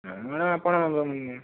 madam ଆପଣ